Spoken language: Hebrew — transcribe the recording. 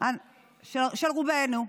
של רובנו.